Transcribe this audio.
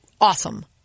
awesome